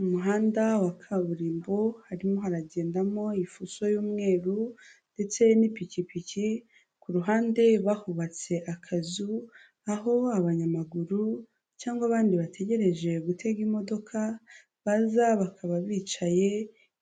Umuhanda wa kaburimbo harimo haragendamo ifuso y'umweru ndetse n'ipikipiki, ku ruhande bahubatse akazu, aho abanyamaguru cyangwa abandi bategereje gutega imodoka baza bakaba bicaye,